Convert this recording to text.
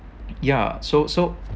ya so so